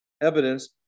evidence